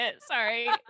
Sorry